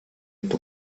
ante